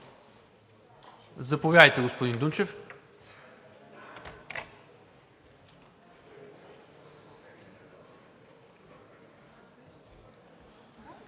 Заповядайте, господни Дунчев.